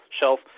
shelf